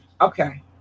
Okay